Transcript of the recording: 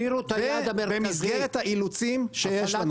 ובמסגרת האילוצים שיש לנו.